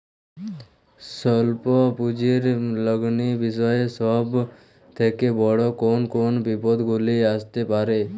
স্বল্প পুঁজির লগ্নি বিষয়ে সব থেকে বড় কোন কোন বিপদগুলি আসতে পারে?